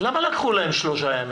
למה לקחו להם שלושה ימים?